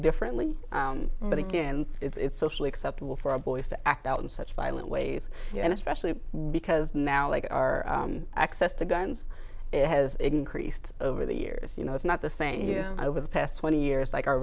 differently but again it's socially acceptable for boys to act out in such violent ways and especially because now like our access to guns it has increased over the years you know it's not the same you know over the past twenty years like our